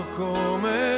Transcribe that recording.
come